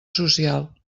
social